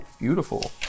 Beautiful